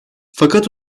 fakat